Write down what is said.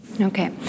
Okay